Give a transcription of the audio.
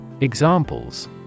Examples